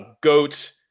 goat